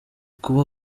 kuba